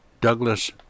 Douglas